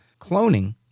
cloning